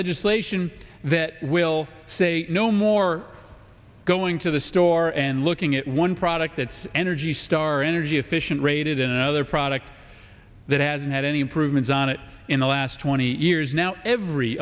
legislation that will say no more going to the store and looking at one product that's energy star energy efficient rated and other products that hasn't had any improvements on it in the last twenty years now every